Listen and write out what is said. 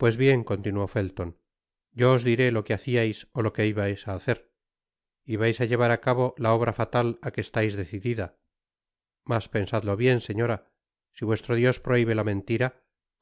pues bien i continuó felton yo os lo diré lo que haciais ó lo que ibais á hacer ibais á llevar á cabo la obra fatal á que estais decidida mas pensadlo bien señora si vuestro dios prohibe la mentira